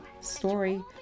story